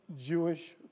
Jewish